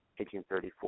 1834